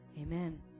Amen